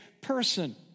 person